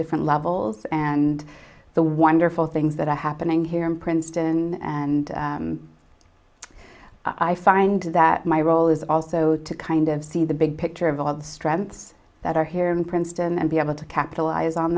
different levels and the wonderful things that are happening here in princeton and i find that my role is also to kind of see the big picture of all the strengths that are here in princeton and be able to capitalize on